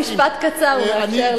משפט קצר, הוא מאפשר לי.